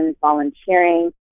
volunteering